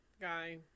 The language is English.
guy